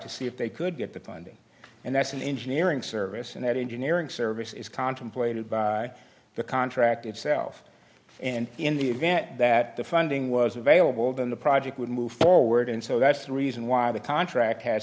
to see if they could get the funding and that's an engineering service and that engineering service is contemplated by the contract itself and in the event that the funding was available then the project would move forward and so that's the reason why the contract ha